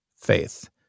faith